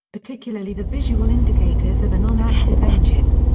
particularly the visual indicators of a non-active engine.